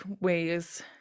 ways